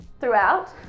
throughout